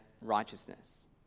righteousness